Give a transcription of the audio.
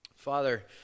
Father